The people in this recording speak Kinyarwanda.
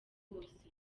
wose